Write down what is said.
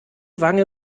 wange